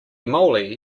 moly